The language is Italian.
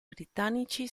britannici